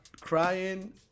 crying